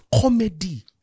comedy